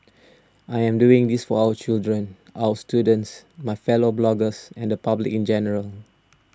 I am doing this for our children our students my fellow bloggers and the public in general